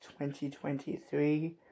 2023